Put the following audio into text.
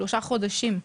שלושה חודשים.